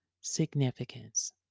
significance